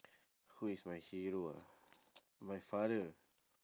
who is my hero ah my father